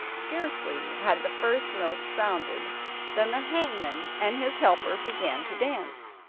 scarcely had the first notes sounded than the hangman and his helper began to dance,